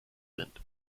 sind